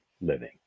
living